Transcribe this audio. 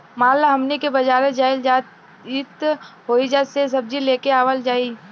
मान ल हमनी के बजारे जाइल जाइत ओहिजा से सब्जी लेके आवल जाई